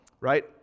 right